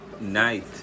night